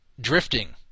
drifting